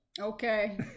Okay